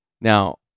Now